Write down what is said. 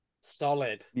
Solid